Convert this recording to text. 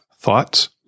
Thoughts